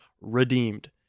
redeemed